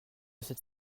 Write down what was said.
cette